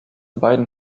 beiden